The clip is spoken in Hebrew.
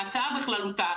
ההצעה היא בכללותה.